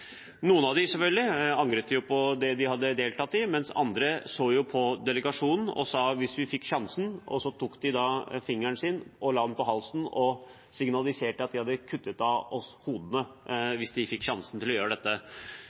Noen av dem angret selvfølgelig på det de hadde deltatt i, mens andre så mot delegasjonen og sa: «Hvis vi fikk sjansen …» Så tok de fingeren, la den på halsen og signaliserte at de hadde kuttet av oss hodet hvis de hadde fått sjansen til